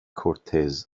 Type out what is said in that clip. cortez